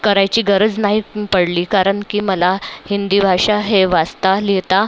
करायची गरज नाही पडली कारण की मला हिंदी भाषा हे वाचता लिहिता